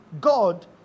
god